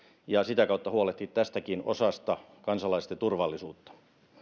ja sitä kautta huolehtia tästäkin osasta kansalaisten turvallisuutta